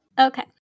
Okay